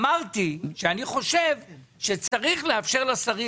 אמרתי שאני חושב שצריך גם לאפשר לשרים